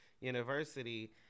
University